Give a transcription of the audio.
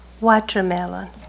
watermelon